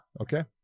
Okay